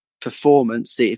performance